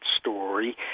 story